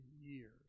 years